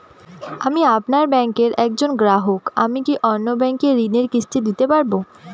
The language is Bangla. আমি আপনার ব্যাঙ্কের একজন গ্রাহক আমি কি অন্য ব্যাঙ্কে ঋণের কিস্তি দিতে পারবো?